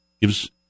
gives